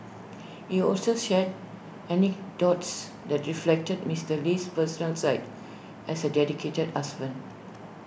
he also shared anecdotes that reflected Mister Lee's personal side as A dedicated husband